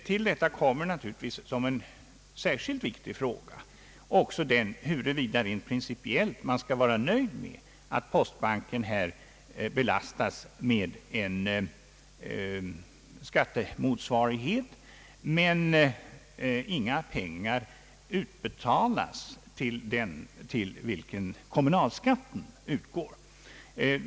Till detta kommer naturligtvis som en särskilt viktig fråga också den, huruvida man rent principiellt skall vara nöjd med att postbanken belastas med en skattemotsvarighet men att inga pengar utbetalas till den till vilken kommunalskatten utgår.